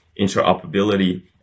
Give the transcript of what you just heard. interoperability